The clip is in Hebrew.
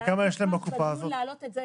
לדעתי היה תכנון להעלות את זה,